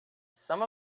some